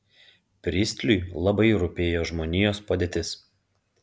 pristliui labai rūpėjo žmonijos padėtis